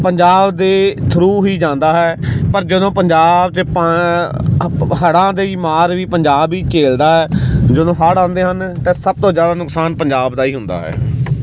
ਪੰਜਾਬ ਦੇ ਥਰੂ ਹੀ ਜਾਂਦਾ ਹੈ ਪਰ ਜਦੋਂ ਪੰਜਾਬ 'ਚ ਪਾ ਹੜਾਂ ਦੇ ਹੀ ਮਾਰ ਵੀ ਪੰਜਾਬ ਹੀ ਝੇਲਦਾ ਹੈ ਜਦੋਂ ਹੜ ਆਉਂਦੇ ਹਨ ਤਾਂ ਸਭ ਤੋਂ ਜਿਆਦਾ ਨੁਕਸਾਨ ਪੰਜਾਬ ਦਾ ਹੀ ਹੁੰਦਾ ਹੈ